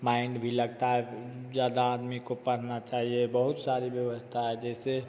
mind भी लगता है ज़्यादा आदमी को पढ़ना चाहिए बहुत सारी व्यवस्था है जैसे